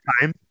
time